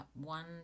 one